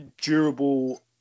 durable